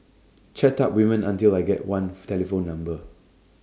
chat up women until I get one telephone number